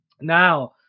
Now